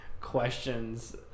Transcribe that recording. questions